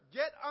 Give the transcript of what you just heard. get